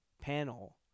panel